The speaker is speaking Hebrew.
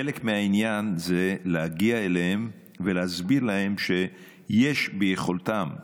חלק מהעניין זה להגיע אליהם ולהסביר להם שיש ביכולתם,